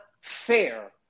fair